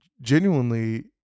genuinely